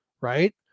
right